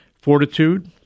fortitude